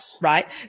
right